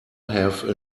have